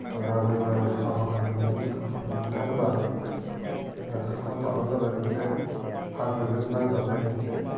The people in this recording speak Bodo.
जोङो साहा बागानखो नुनो मोनो मानो होमब्ला साहा पातआ जाबाय मोनसे हाजोजों नांजाबनाय मोनसे